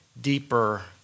deeper